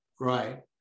Right